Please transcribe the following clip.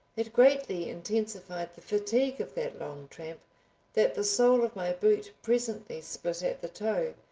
it greatly intensified the fatigue of that long tramp that the sole of my boot presently split at the toe,